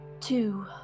two